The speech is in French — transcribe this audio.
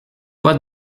pas